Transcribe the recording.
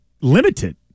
limited